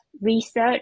research